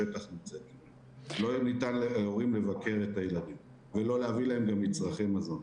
שמי שלוקח את הילד שלו הביתה לא מחזיר אותו בכלל עד גמר סיפור הקורונה.